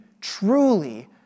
truly